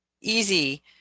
easy